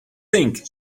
thing